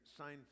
Seinfeld